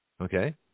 Okay